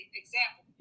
example